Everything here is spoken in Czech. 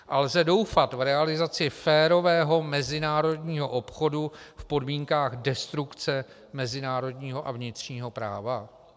A lze doufat v realizaci férového mezinárodního obchodu v podmínkách destrukce mezinárodního a vnitřního práva?